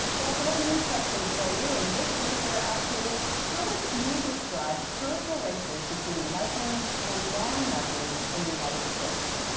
well we have a new question for you and this week we're asking how would you describe current relations between muslims and nonmuslims in the united states.